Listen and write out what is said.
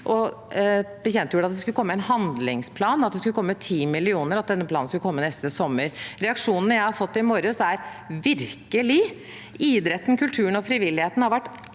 bekjentgjorde at det skulle komme en handlingsplan, og at det skulle komme 10 mill. kr, og at denne planen skulle komme neste sommer. Reaksjonene jeg har fått i morges, er: Virkelig? Idretten, kulturen og frivilligheten har vært